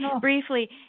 briefly